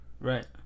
Right